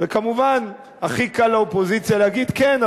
וכמובן הכי קל לאופוזיציה להגיד: כן,